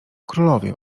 królowie